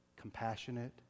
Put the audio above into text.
compassionate